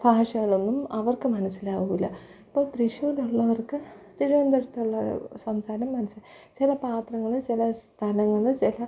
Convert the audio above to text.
ഭാഷകളൊന്നും അവർക്ക് മനസ്സിലാവില്ല അപ്പോൾ തൃശ്ശൂർ ഉള്ളവർക്ക് തിരുവനന്തപുരത്ത് ഉള്ളവർ സംസാരം മനസ്സി ചില പാത്രങ്ങൾ ചില സ്ഥലങ്ങൾ ചില